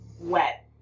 wet